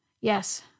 Yes